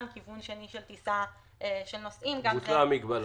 ועל כיוון שני של טיסת נוסעים אינה נדרשת.